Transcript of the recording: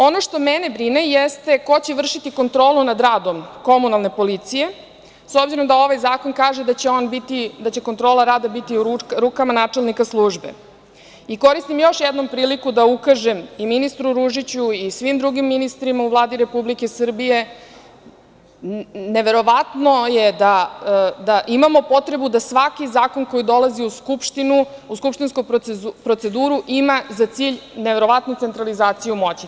Ono što mene brine jeste ko će vršiti kontrolu nad radom komunalne policije, s obzirom da ovaj zakon kaže da će kontrola rada biti u rukama načelnika službe i koristim još jednom priliku da ukažem i ministru Ružiću i svim drugim ministrima u Vladi Republike Srbije, neverovatno je da imamo potrebu da svaki zakon koji dolazi u skupštinsku proceduru ima za cilj neverovatnu centralizaciju moći.